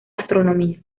astronomía